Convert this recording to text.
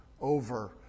Over